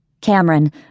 Cameron